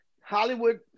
Hollywood